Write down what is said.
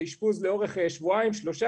זה אשפוז לאורך שבועיים-שלושה.